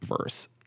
verse